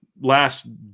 last